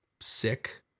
sick